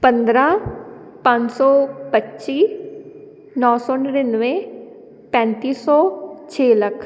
ਪੰਦਰ੍ਹਾਂ ਪੰਜ ਸੌ ਪੱਚੀ ਨੌ ਸੌ ਨੜਿਨਵੇਂ ਪੈਂਤੀ ਸੌ ਛੇ ਲੱਖ